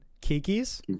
Kiki's